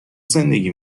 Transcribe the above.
زندگی